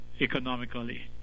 economically